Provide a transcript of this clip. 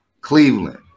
Cleveland